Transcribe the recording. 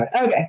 Okay